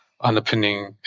underpinning